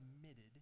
submitted